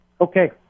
Okay